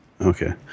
Okay